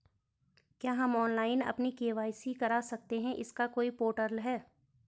क्या हम ऑनलाइन अपनी के.वाई.सी करा सकते हैं इसका कोई पोर्टल है?